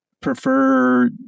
prefer